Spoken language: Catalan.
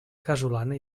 casolana